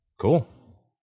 cool